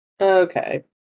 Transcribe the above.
Okay